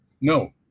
No